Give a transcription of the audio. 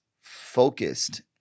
focused